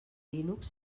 linux